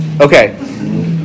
Okay